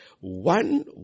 one